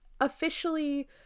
officially